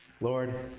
Lord